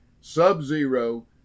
Sub-zero